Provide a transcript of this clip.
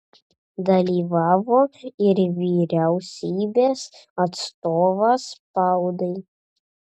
dalyvavo ir vyriausybės atstovas spaudai